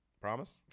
Promise